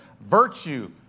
Virtue